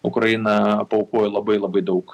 ukraina paaukojo labai labai daug